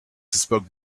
spoke